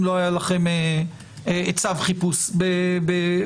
אם לא היה לכם צו חיפוש בשגרה.